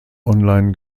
online